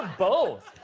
both!